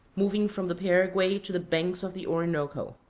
moving from the paraguay to the banks of the orinoco.